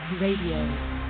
Radio